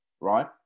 right